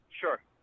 Sure